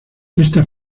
esta